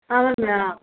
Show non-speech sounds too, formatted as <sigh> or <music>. ஆ <unintelligible>